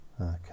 Okay